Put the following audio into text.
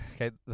Okay